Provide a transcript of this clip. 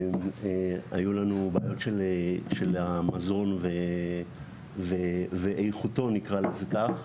היו לנו בעיות של המזון ואיכותו נקרא לזה כך,